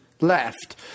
left